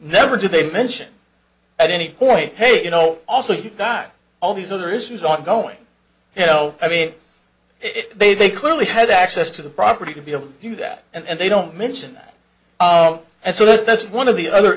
never did they mention at any point hey you know also you've got all these other issues ongoing you know i mean it they they clearly had access to the property to be able to do that and they don't mention that and so that's that's one of the other